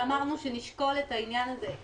ואמרנו שנשקול את העניין הזה.